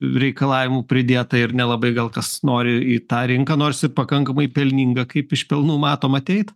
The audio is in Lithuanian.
reikalavimų pridėta ir nelabai gal kas nori į tą rinką nors ir pakankamai pelningą kaip iš pelnų matom ateit